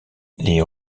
les